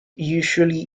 usually